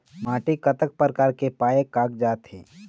माटी कतक प्रकार के पाये कागजात हे?